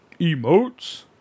Emotes